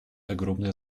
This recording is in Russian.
огромное